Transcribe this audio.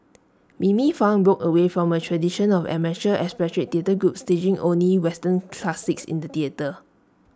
Mimi fan broke away from A tradition of amateur expatriate theatre groups staging only western classics in the theatre